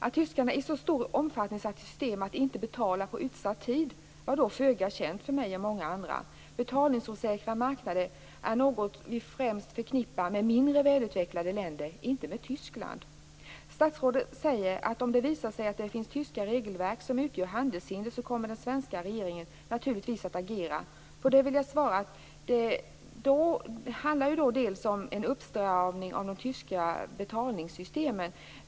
Att tyskarna i så stor omfattning satt i system att inte betala på utsatt tid var då föga känt för mig och många andra. Betalningsosäkra marknader är något som vi främst förknippar med mindre välutvecklade länder, inte med Tyskland. Statsrådet säger att om det visar sig att det finns tyska regelverk som utgör handelshinder kommer den svenska regeringen naturligtvis att agera. På det vill jag svara att det delvis handlar om en uppstramning av de tyska betalningssystemet.